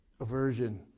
aversion